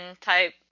type